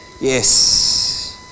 Yes